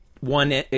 one